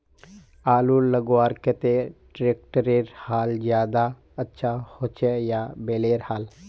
आलूर लगवार केते ट्रैक्टरेर हाल ज्यादा अच्छा होचे या बैलेर हाल?